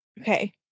okay